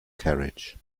carriage